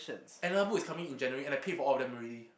another book is coming in January and I pay for all of them already